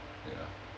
ya